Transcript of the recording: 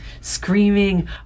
screaming